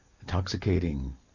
intoxicating